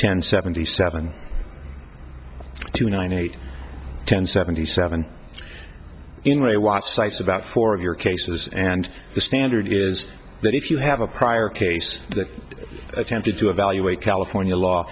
ten seventy seven two nine eight ten seventy seven in a watch sites about four of your cases and the standard is that if you have a prior case that attempted to evaluate california law